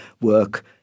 work